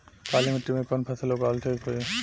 काली मिट्टी में कवन फसल उगावल ठीक होई?